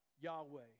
Yahweh